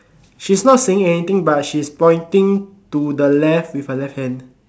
she's not saying anything but she's pointing to the left with her left hand